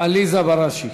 עליזה בראשי,